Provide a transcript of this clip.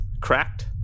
cracked